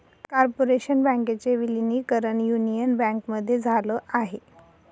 corporation बँकेचे विलीनीकरण union बँकेमध्ये झाल आहे